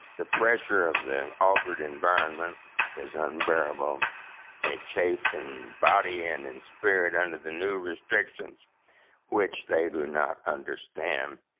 the pressure of the altered environment is unbearable, and they chafe in body and in spirit under the new restrictions which they do not understand.